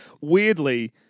Weirdly